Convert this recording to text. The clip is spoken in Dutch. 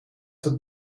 zijn